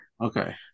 Okay